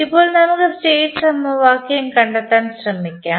ഇപ്പോൾ നമുക്ക് സ്റ്റേറ്റ് സമവാക്യം കണ്ടെത്താൻ ശ്രമിക്കാം